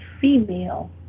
female